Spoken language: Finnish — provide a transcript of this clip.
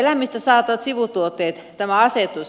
eläimistä saatavat sivutuotteet tämä asetus